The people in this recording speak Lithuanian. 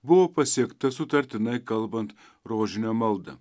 buvo pasiekta sutartinai kalbant rožinio maldą